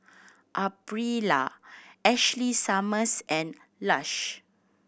Aprilia Ashley Summers and Lush